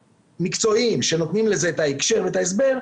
מקצועיים שנותנים לזה את ההקשר ואת ההסבר,